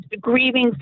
grieving